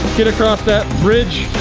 get across that bridge.